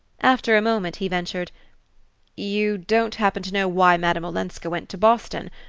after a moment he ventured you don't happen to know why madame olenska went to boston?